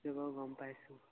সেইটো বাৰু গম পাইছোঁ